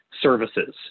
services